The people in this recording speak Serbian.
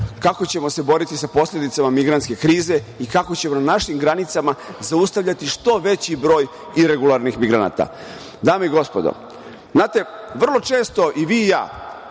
kako ćemo se boriti sa posledicama migrantske krize i kako ćemo na našim granicama zaustavljati što veći broj iregularnih migranata. Dame i gospodo, vrlo često i vi i ja,